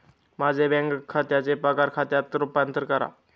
माझे बँक खात्याचे पगार खात्यात रूपांतर करा